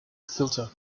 filter